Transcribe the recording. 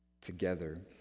together